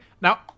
Now